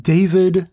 David